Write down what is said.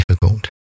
difficult